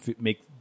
make